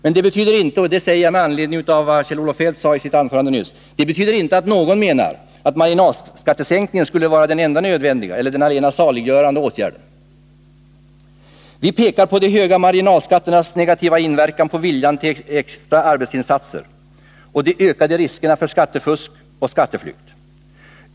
Men det betyder inte — och det säger jag med anledning av Kjell-Olof Feldts anförande — att någon menar att marginalskattesänkningen skulle vara den enda saliggörande åtgärden. Vi pekar på de höga marginalskatternas negativa inverkan på viljan till extra arbetsinsatser och de ökade riskerna för skattefusk och skatteflykt.